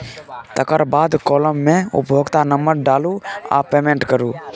तकर बाद काँलम मे उपभोक्ता नंबर डालु आ पेमेंट करु